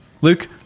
Luke-